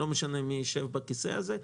לא משנה מי ישב בכיסא הזה,